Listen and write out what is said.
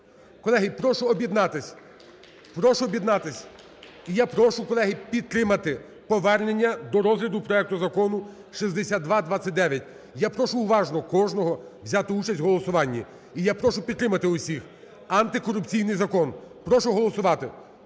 Колеги, прошу об'єднатись. Прошу об'єднатись. І я прошу, колеги, підтримати повернення до розгляду проекту Закону 6229. Я прошу уважно кожного взяти участь у голосуванні. І я прошу підтримати всіх антикорупційний закон. Прошу голосувати.